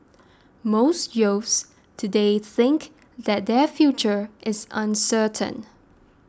most youths today think that their future is uncertain